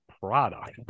product